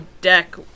deck